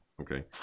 Okay